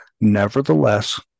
Nevertheless